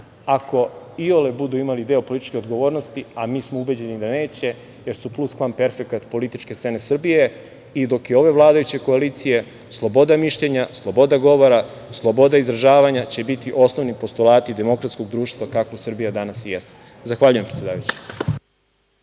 ako iole budu imali deo političke odgovornosti, a mi smo ubeđeni da neće, jer su pluskvamperfekat političke scene Srbije? Dok je ove vladajuće koalicije slobodna mišljenja, sloboda govora, sloboda izražavanja će biti osnovni postulati demokratskog društva kako Srbija danas i jeste. Zahvaljujem, predsedavajući.